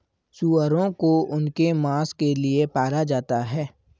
सूअरों को उनके मांस के लिए पाला जाता है